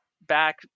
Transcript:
back